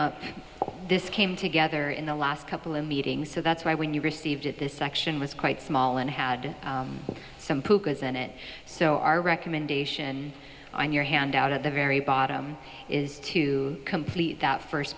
up this came together in the last couple of meetings so that's why when you received it this section was quite small and had some in it so our recommendation on your handout at the very bottom is to complete that first